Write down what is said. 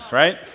right